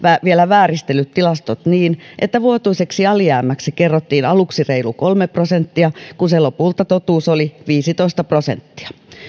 vielä vääristellyt tilastot niin että vuotuiseksi alijäämäksi kerrottiin aluksi reilut kolme prosenttia kun lopulta totuus oli viisitoista prosenttia